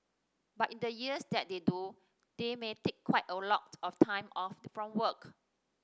but in the years that they do they may take quite a lot of time off from work